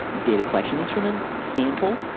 data collection instrument, sample,